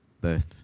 birth